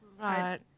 Right